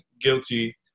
guilty